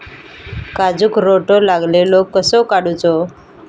काजूक रोटो लागलेलो कसो काडूचो?